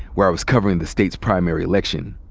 where i was covering the state's primary election.